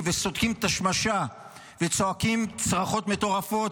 וסודקים את השמשה וצועקים צרחות מטורפות,